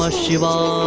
ah shiva.